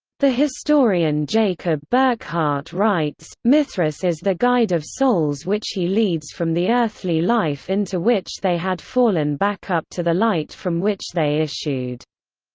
the historian jacob burckhardt writes mithras is the guide of souls which he leads from the earthly life into which they had fallen back up to the light from which they issued.